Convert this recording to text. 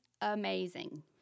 amazing